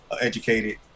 educated